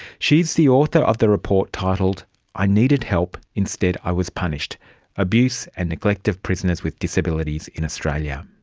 she's the author of the report titled i needed help, instead i was punished abuse and neglect of prisoners with disabilities in australia'.